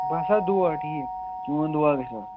بَس ہا دُعا ٹھیٖک چوٚن دُعا گژھِ آسُن